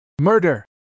Murder